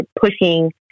pushing